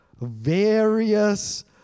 various